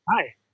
hi